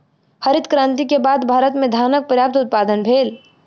हरित क्रांति के बाद भारत में धानक पर्यात उत्पादन भेल